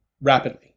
rapidly